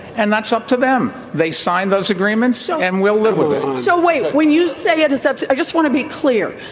and that's up to them. they signed those agreements so and will live with it so wait, when you say it is up, i just want to be clear.